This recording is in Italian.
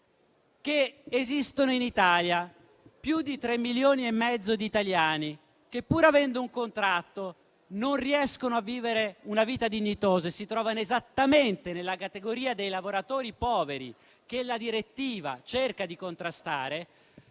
che esistono in Italia più di tre milioni e mezzo di italiani che, pur avendo un contratto, non riescono a vivere una vita dignitosa e si trovano esattamente nella categoria dei lavoratori poveri che la direttiva cerca di contrastare;